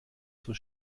zur